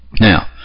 Now